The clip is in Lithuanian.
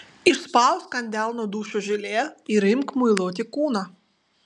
išspausk ant delno dušo želė ir imk muiluoti kūną